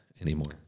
anymore